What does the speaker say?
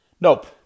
Nope